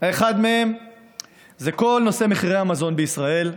האחד מהם זה כל נושא מחירי המזון בישראל,